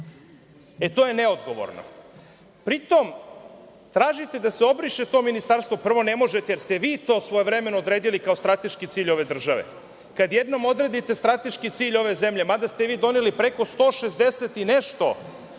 E, to je neodgovorno. Pritom, tražite da se obriše to ministarstvo. Prvo ne možete jer ste vi to svojevremeno odredili kao strateški cilj ove države. Kad jednom odredite strateški cilj ove zemlje, mada ste vi doneli preko 160 i nešto